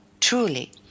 truly